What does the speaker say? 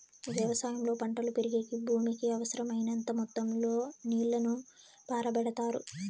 వ్యవసాయంలో పంటలు పెరిగేకి భూమికి అవసరమైనంత మొత్తం లో నీళ్ళను పారబెడతారు